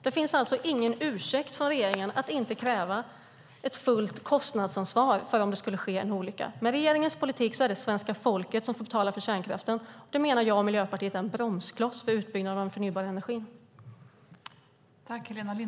Det finns alltså ingen ursäkt för regeringen att inte kräva ett fullt kostnadsansvar om det skulle ske en olycka. Med regeringens politik är det svenska folket som får betala för kärnkraften. Det menar jag och Miljöpartiet är en bromskloss för utbyggnad av den förnybara energin.